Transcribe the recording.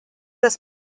das